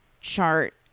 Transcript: Chart